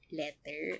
letter